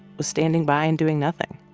was standing by and doing nothing